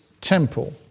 temple